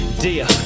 Dear